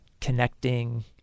connecting